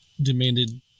demanded